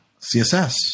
CSS